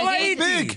לא ראיתי.